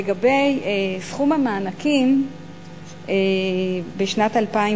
לגבי סכום המענקים בשנת 2010: